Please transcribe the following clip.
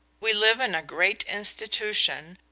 we live in a great institution,